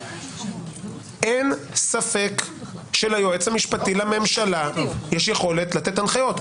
אין ספק שליועץ המשפטי לממשלה יש יכולת לתת הנחיות.